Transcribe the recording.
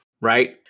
right